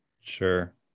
Sure